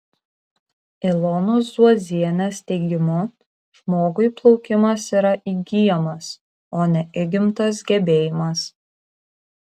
ilonos zuozienės teigimu žmogui plaukimas yra įgyjamas o ne įgimtas gebėjimas